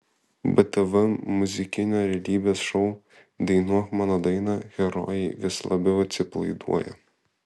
btv muzikinio realybės šou dainuok mano dainą herojai vis labiau atsipalaiduoja